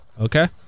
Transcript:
Okay